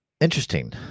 interesting